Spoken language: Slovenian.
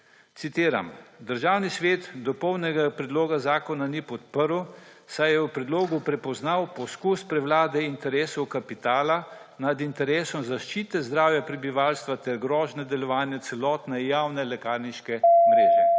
»Državni svet dopolnjenega predloga zakona ni podprl, saj je v predlogu prepoznal poskus prevlade interesov kapitala nad interesom zaščite zdravja prebivalstva ter grožnje delovanja celotne javne lekarniške mreže.«